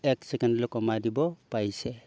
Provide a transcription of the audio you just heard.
এক ছেকেণ্ডলৈ কমাই দিব পাৰিছে